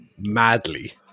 madly